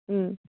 മ്